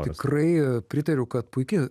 tikrai pritariu kad puiki